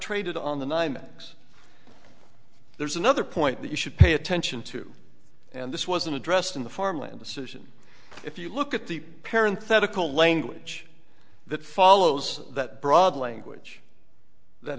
traded on the nymex there's another point that you should pay attention to and this wasn't addressed in the farmland decision if you look at the parent thetic a language that follows that broad language that